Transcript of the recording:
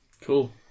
Cool